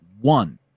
one